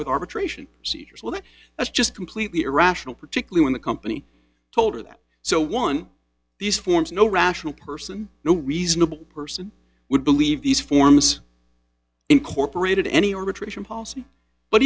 with arbitration seeders well it was just completely irrational particularly when the company told her that so one these forms no rational person no reasonable person would believe these forms incorporated any order tradition policy but